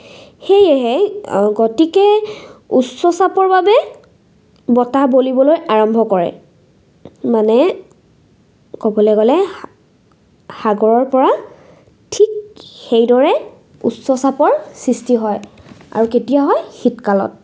সেয়েহে গতিকে উচ্চ চাপৰ বাবে বতাহ বলিবলৈ আৰম্ভ কৰে মানে ক'বলৈ গ'লে সাগৰৰপৰা ঠিক সেইদৰে উচ্চ চাপৰ সৃষ্টি হয় আৰু কেতিয়া হয় শীতকালত